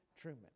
Truman